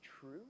true